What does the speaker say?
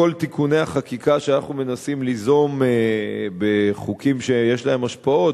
כל תיקוני החקיקה שאנחנו מנסים ליזום בחוקים שיש להם השפעות,